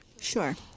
Sure